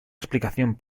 explicación